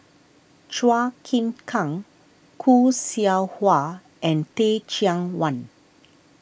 Chua Chim Kang Khoo Seow Hwa and Teh Cheang Wan